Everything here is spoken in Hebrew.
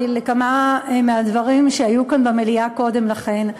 לכמה מהדברים שהיו כאן במליאה קודם לכן.